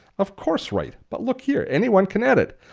of course, right. but look here, anyone can edit.